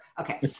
Okay